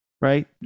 right